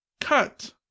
cut